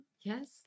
yes